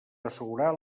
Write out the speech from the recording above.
assegurar